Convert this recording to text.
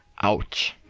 ouch.